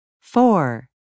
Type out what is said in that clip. Four